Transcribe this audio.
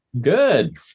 Good